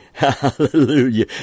Hallelujah